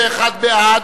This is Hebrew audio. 51 בעד.